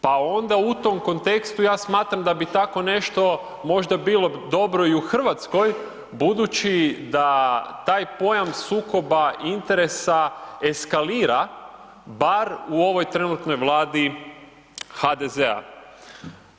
Pa onda u tom kontekstu ja smatram da bi tako nešto možda bilo dobro i u Hrvatskoj budući da taj pojam sukoba interesa eskalira bar u ovoj trenutnoj vladi HDZ-a.